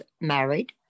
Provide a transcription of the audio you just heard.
married